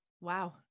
wow